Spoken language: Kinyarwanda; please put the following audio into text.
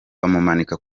bamumanika